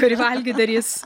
kuri valgyt darys